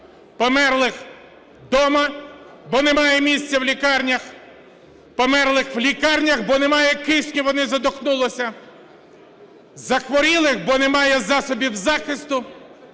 Померлих дома, бо немає місця в лікарнях, померлих в лікарнях, бо немає кисню, вони задихнулися, захворілих, бо немає засобів захисту.